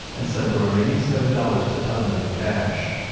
and sent the remaining seven dollars to tubman in cash.